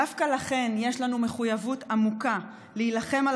דווקא לכן יש לנו מחויבות עמוקה להילחם על